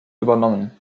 übernommen